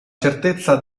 certezza